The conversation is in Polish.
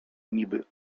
niby